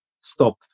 stop